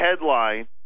headline